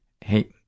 Hey